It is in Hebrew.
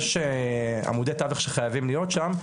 יש עמודי תווך שחייבים להיות שם,